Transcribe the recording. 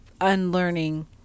unlearning